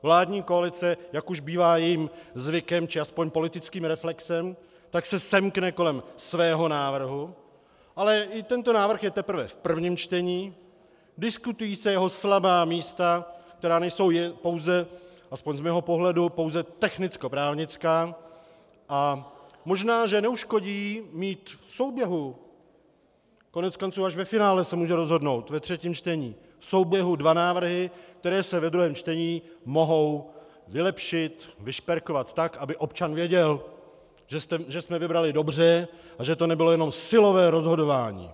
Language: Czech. Vládní koalice, jak už bývá jejím zvykem, či aspoň politickým reflexem, se semkne kolem svého návrhu, ale i tento návrh je teprve v prvním čtení, diskutují se jeho slabá místa, která nejsou, aspoň z mého pohledu, pouze technickoprávnická, a možná neuškodí mít v souběhu koneckonců až ve finále se může rozhodnout, ve třetím čtení dva návrhy, které se ve druhém čtení mohou vylepšit, vyšperkovat tak, aby občan věděl, že jsme vybrali dobře a že to nebylo jenom silové rozhodování.